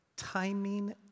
Timing